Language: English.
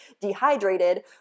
dehydrated